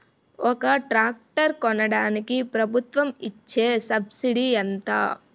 ఒక ట్రాక్టర్ కొనడానికి ప్రభుత్వం ఇచే సబ్సిడీ ఎంత?